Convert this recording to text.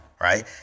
right